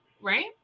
right